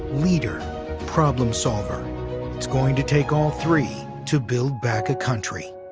leader problem-solver it's going to take all three to build back a country,